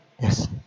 Yes